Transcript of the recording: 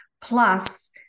plus